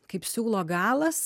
kaip siūlo galas